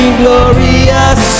glorious